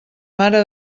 mare